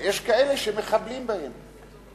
ויש כאלה שמחבלים במאמצים שלהם.